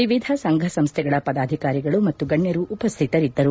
ವಿವಿಧ ಸಂಘ ಸಂಸ್ಥೆಗಳ ಪದಾಧಿಕಾರಿಗಳು ಹಾಗೂ ಗಣ್ಣರು ಉಪಸ್ಥಿತರಿದ್ದರು